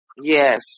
Yes